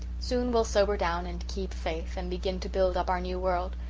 soon we'll sober down and keep faith' and begin to build up our new world.